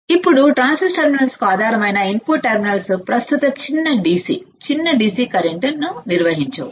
ఆప్ amp input terminals లోకి ప్రవహించే ఒక చిన్న కరెంట్ ఉంది ఆప్ ఆంప్ ఇన్పుట్ టెర్మినల్స్ రెండు ట్రాన్సిస్టర్ బేస్ టెర్మినళ్లు చిన్న డిసి కరెంట్ను నిర్వహించవు